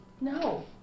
No